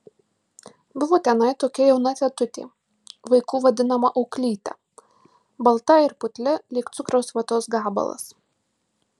buvo tenai tokia jauna tetutė vaikų vadinama auklyte balta ir putli lyg cukraus vatos gabalas